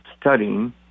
studying